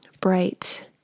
bright